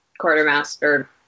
quartermaster